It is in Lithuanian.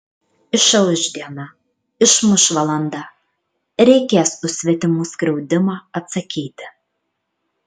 išauš diena išmuš valanda reikės už svetimų skriaudimą atsakyti